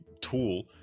tool